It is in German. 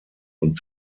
und